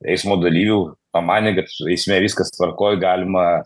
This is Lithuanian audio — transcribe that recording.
eismo dalyvių pamanė kad eisme viskas tvarkoj galima